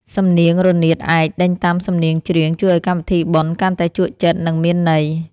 សំនៀងរនាតឯកដេញតាមសំនៀងច្រៀង ជួយឱ្យកម្មវិធីបុណ្យកាន់តែជក់ចិត្ត និងមានន័យ។